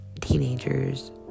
teenagers